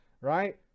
Right